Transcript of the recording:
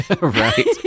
Right